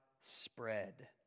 spread